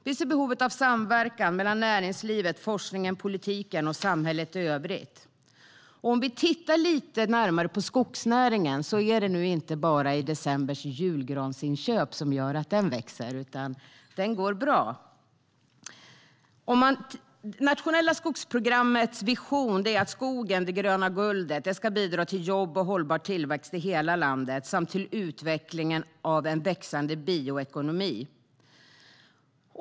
Vi ser behovet av samverkan mellan näringslivet, forskningen, politiken och samhället i övrigt. Om vi tittar lite närmare på skogsnäringen är det inte bara decembers julgransinköp som gör att den växer, utan den går bra. Nationella skogsprogrammets vision är att skogen - det gröna guldet - ska bidra till jobb och hållbar tillväxt i hela landet samt till utvecklingen av en växande bioekonomi.